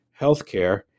healthcare